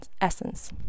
essence